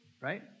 Right